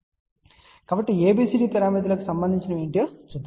కాబట్టి ABCD పారామితులకు సంబంధించినవి ఏమిటో చూద్దాం